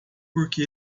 porque